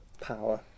power